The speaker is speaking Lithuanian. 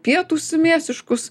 pietus mėsiškus